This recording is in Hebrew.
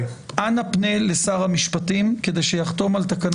פנה לשר המשפטים כדי שיחתום על תקנות לשיקום כלכלי.